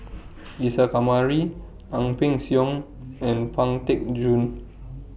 Isa Kamari Ang Peng Siong and Pang Teck Joon